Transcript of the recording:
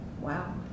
Wow